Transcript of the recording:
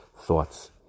thoughts